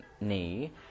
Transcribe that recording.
knee